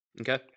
Okay